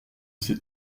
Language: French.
ses